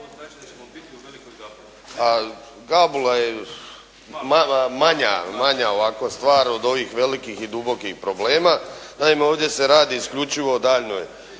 manja, manja ovako stvar od ovih velikih i dubokih problema. Naime ovdje se radi isključivo o daljnjoj